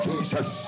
Jesus